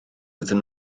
iddyn